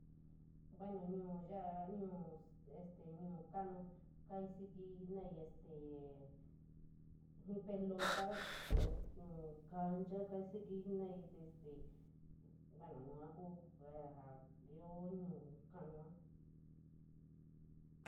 Bueno, ñuu yab, ñuu este ñuu kalanu karsiktii jenadéii este ji’ pelato, ñuu kenikoo karsiktii jenadéii te este, bueno yuu ku ja íoo ñuu kenano.